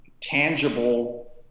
tangible